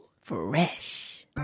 Fresh